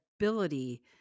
ability